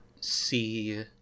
see